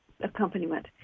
accompaniment